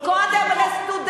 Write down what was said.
הם לא צריכים לגור?